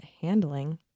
handling